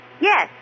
Yes